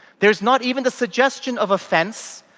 there is not even the suggestion of offence,